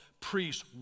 priests